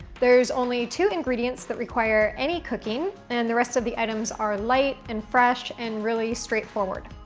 there's only two ingredients that require any cooking and the rest of the items are light and fresh and really straight forward.